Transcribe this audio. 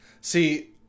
See